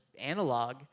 analog